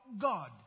God